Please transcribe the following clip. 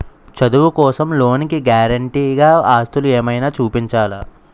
చదువు కోసం లోన్ కి గారంటే గా ఆస్తులు ఏమైనా చూపించాలా?